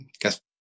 guess